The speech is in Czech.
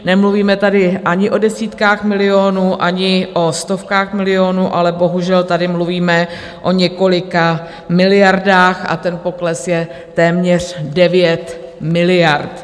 Nemluvíme tady ani o desítkách milionů, ani o stovkách milionů, ale bohužel tady mluvíme o několika miliardách, ten pokles je téměř 9 miliard.